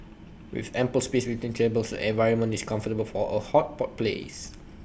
with ample space between tables the environment is comfortable for A hot pot place